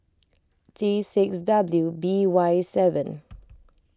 T six W B Y seven